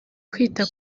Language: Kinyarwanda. kwita